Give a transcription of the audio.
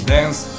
Dance